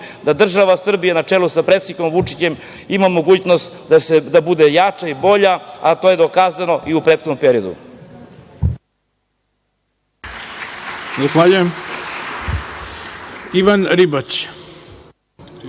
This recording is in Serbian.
da država Srbija na čelu sa predsednikom Vučićem ima mogućnost da bude jača i bolja a to je dokazano i u prethodnom periodu.